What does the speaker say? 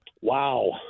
Wow